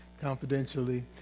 confidentially